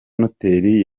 noteri